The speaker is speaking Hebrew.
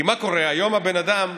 כי מה קורה, היום הבן אדם,